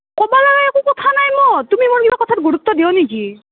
ক'বলৈ একো কথা নাই মোৰ তুমি মোৰ কিবা কথাত গুৰুত্ব দিয়া নেকি